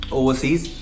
overseas